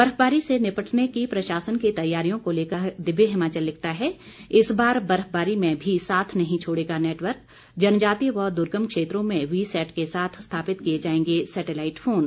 बर्फबारी से निपटने की प्रशासन की तैयारियों को लेकर दिव्य हिमाचल लिखता है इस बार बर्फबारी में भी साथ नहीं छोड़ेगा नेटवर्क जनजातीय व द्र्गम क्षेत्रों में वी सेट के साथ स्थापित किए जाएंगे सेटेलाइट फोन